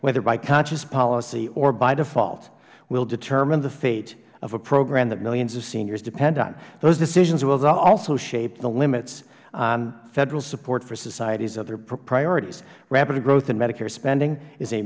whether by conscious policy or by default will determine the fate of a program that millions of seniors depend on those decisions will also shape the limits on federal support for societies of their priorities rapid growth in medicare spending is a